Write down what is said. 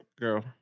girl